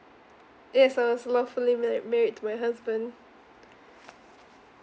yes I was lawfully married married to my husband